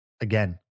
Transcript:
again